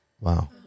Wow